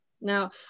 Now